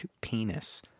penis